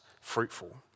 fruitful